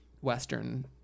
Western